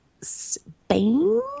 Spain